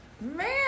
Man